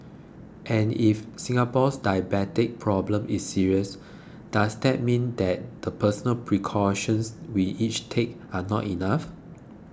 and if Singapore's diabetes problem is serious does that mean that the personal precautions we each take are not enough